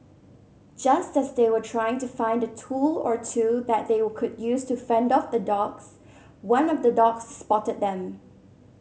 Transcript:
just as they were trying to find a tool or two that they could use to fend off the dogs one of the dogs spotted them